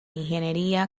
ingeniería